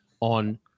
on